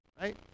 right